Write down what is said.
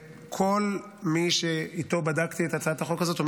וכל מי שבדקתי איתו את הצעת החוק הזאת אומר